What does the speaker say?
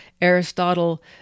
Aristotle